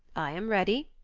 i am ready,